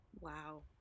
Wow